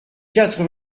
quatre